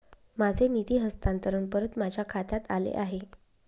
माझे निधी हस्तांतरण परत माझ्या खात्यात आले आहे